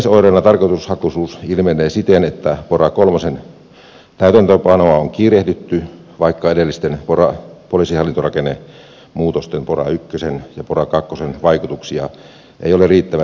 yleisoireina tarkoitushakuisuus ilmenee siten että pora kolmosen täytäntöönpanoa on kiirehditty vaikka edellisten poliisihallintorakennemuutosten pora ykkösen ja pora kakkosen vaikutuksia ei ole riittävästi selvitetty